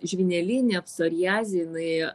žvynelinė psoriazė jinai